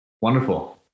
wonderful